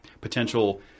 potential